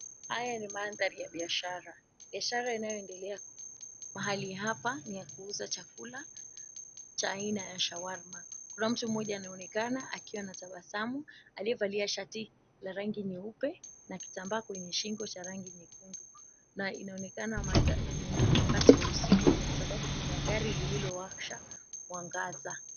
Haya ni mandhari ya biashara, biashara inayoendelea mahali hapa ni ya kuuza chakula cha aina ya shawarma. Kuna mtu mmoja anayeonekana akiwa anatabasamu aliyevalia shati la rangi nyeupe na kitamba kwenye shingo cha rangi nyekundu na inaonekana ni wakati wa usiku sababu kuna gari lililowasha mwangaza.